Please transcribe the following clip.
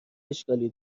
اشکالی